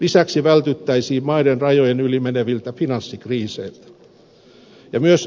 lisäksi vältyttäisiin maiden rajojen yli meneviltä finanssikriiseiltä